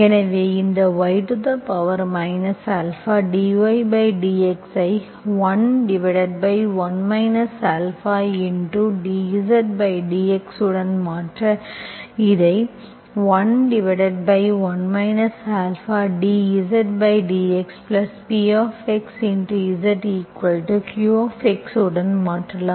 எனவே இந்த y αdydx ஐ 11 α dZdx உடன் மாற்ற இதை 11 α dZdxPxZq உடன் மாற்றலாம்